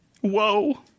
Whoa